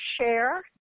share